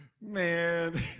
man